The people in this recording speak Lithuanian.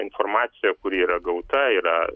informacija kuri yra gauta yra